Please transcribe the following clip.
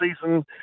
season